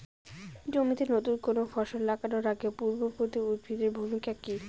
জমিতে নুতন কোনো ফসল লাগানোর আগে পূর্ববর্তী উদ্ভিদ এর ভূমিকা কি?